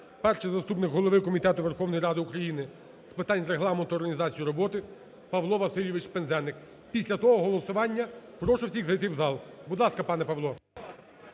перший заступник голови Комітету Верховної Ради України з питань Регламенту і організації роботи Павло Васильович Пинзеник. Після того – голосування. Прошу всіх зайти в зал. Будь ласка, пане Павло.